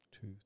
two